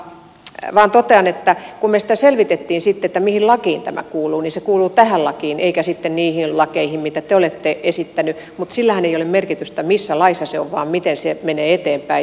vain totean että kun me sitä selvitimme sitten että mihin lakiin tämä kuuluu niin se kuuluu tähän lakiin eikä sitten niihin lakeihin mitä te olette esittäneet mutta sillähän ei ole merkitystä missä laissa se on vaan sillä miten se menee eteenpäin